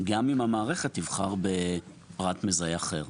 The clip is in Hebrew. גם אם המערכת תבחר בפרט מזהה אחר.